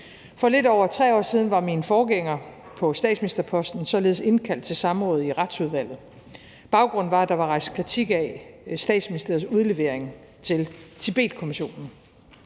For lidt over 3 år siden var min forgænger på statsministerposten således indkaldt til samråd i Retsudvalget. Baggrunden var, at der var rejst kritik af Statsministeriets udlevering til Tibetkommissionen.